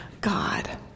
God